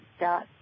dot